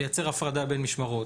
לייצר הפרדה בין משמרות.